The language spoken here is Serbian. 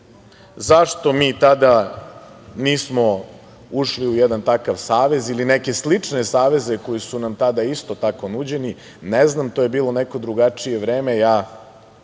mi tada nismo ušli u jedan takav savez ili neke slične saveze koji su nam tada isto tako nuđeni? Ne znam, to je bilo neko drugačije vreme. Ja